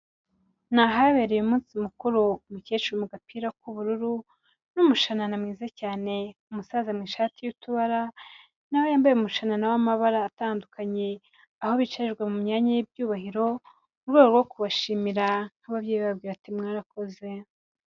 Ni ahabereye umunsi mukuru, umukecuru uri mu gapira k'ubururu, n'umushanana mwiza cyane, umusaza mu ishati y'utubara, nawe yambaye umushana w'amabara atandukanye, aho bicajwe mu myanya y'ibyubahiro, mu rwego rwo kubashimira nk'ababyeyi bababwira bati mwarakoze.